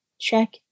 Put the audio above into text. check